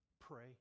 pray